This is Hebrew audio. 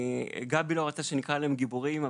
גבי לא רצה שנקרא להם גיבורים,